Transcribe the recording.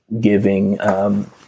giving